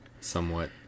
somewhat